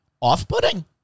off-putting